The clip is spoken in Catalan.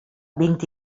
vint